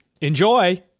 enjoy